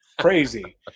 crazy